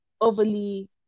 overly